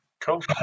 Cool